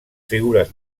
figures